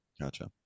Gotcha